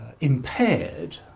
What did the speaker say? impaired